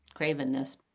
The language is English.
cravenness